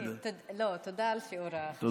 תודה על שיעור החשבון.